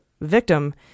victim